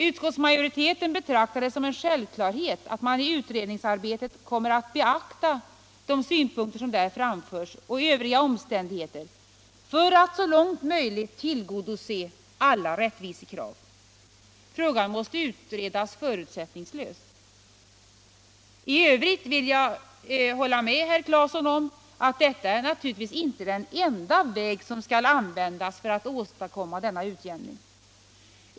Utskottsmajoriteten betraktar det som en självklarhet att man i utredningsarbetet kommer att beakta de synpunkter som nu framförs och övriga omständigheter för att så långt möjligt tillgodose alla rättvisekrav. Frågan måste utredas förutsättningslöst. I övrigt vill jag hålla med herr Claeson om att detta naturligtvis inte är den enda väg som skall användas för att åstadkomma en utjämning.